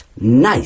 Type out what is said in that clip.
nice